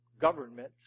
Government